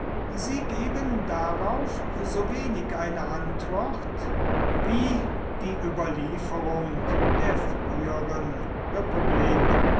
sie geben darauf sowenig eine antwort wie die überlieferung der früheren republik